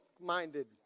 minded